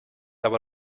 aber